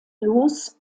los